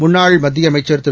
முன்னாள்மத்தியஅமைச்சர்திரு